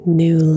new